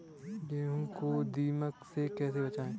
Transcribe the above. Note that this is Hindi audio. गेहूँ को दीमक से कैसे बचाएँ?